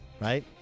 right